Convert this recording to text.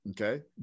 Okay